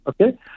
Okay